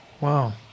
Wow